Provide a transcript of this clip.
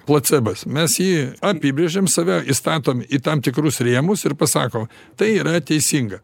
placebas mes jį apibrėžiam save įstatom į tam tikrus rėmus ir pasako tai yra teisinga